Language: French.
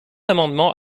amendement